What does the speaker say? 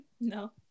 no